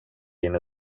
din